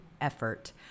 effort